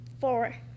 four